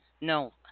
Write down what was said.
No